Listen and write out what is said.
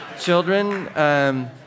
children